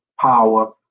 power